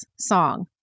song